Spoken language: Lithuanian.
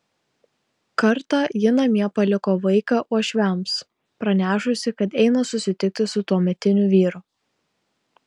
kartą ji namie paliko vaiką uošviams pranešusi kad eina susitikti su tuometiniu vyru